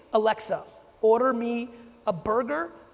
alexa order me a burger,